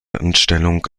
anstellung